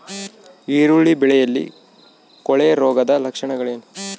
ಈರುಳ್ಳಿ ಬೆಳೆಯಲ್ಲಿ ಕೊಳೆರೋಗದ ಲಕ್ಷಣಗಳೇನು?